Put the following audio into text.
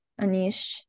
Anish